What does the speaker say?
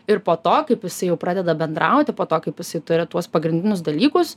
ir po to kaip jisai jau pradeda bendrauti po to kaip jisai turi tuos pagrindinius dalykus